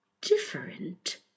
different